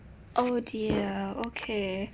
oh dear okay